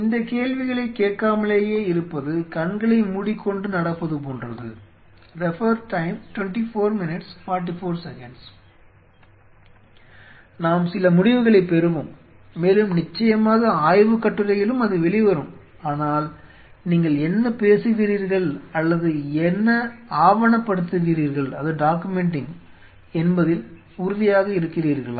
இந்தக் கேள்விகளைக் கேட்காமலேயே இருப்பது கண்களை மூடிக்கொண்டு நடப்பது போன்றது என்பதில் உறுதியாக இருக்கிறீர்களா